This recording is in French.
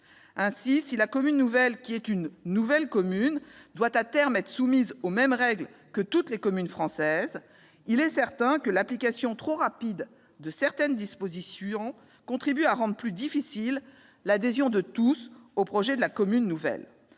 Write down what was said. effet, si la commune nouvelle, qui est une nouvelle commune, doit à terme être soumise aux mêmes règles que toutes les communes françaises, il est certain que l'application trop rapide de certaines dispositions contribue à rendre plus difficile l'adhésion de tous au projet de la commune nouvelle.